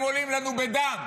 הם עולים לנו בדם.